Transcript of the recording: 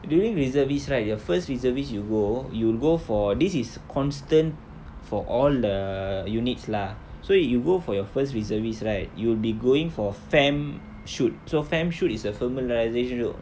during reservist right your first reservist you go you'll go for this is constant for all the units lah so you go for your first reservist right you'll be going for family shoot so family shoot is a familiarisation